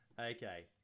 Okay